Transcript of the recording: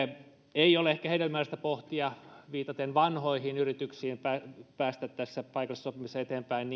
ei ole ehkä hedelmällistä pohtia viitaten vanhoihin yrityksiin päästä paikallisessa sopimisessa eteenpäin